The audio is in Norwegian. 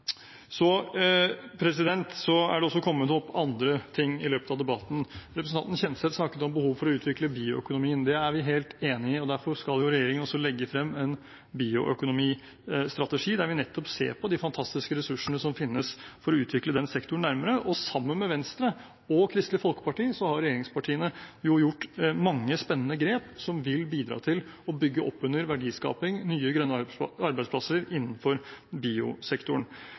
Så er det kommet opp andre ting i løpet av debatten. Representanten Kjenseth snakket om behovet for å utvikle bioøkonomien. Det er vi helt enig i. Derfor skal regjeringen legge frem en bioøkonomistrategi, der vi nettopp ser på de fantastiske ressursene som finnes for å utvikle den sektoren nærmere. Sammen med Venstre og Kristelig Folkeparti har regjeringspartiene gjort mange spennende grep som vil bidra til å bygge opp under verdiskaping og nye grønne arbeidsplasser innenfor biosektoren.